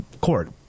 court